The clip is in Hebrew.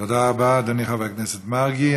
תודה רבה, אדוני חבר הכנסת מרגי.